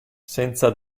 senza